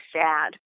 sad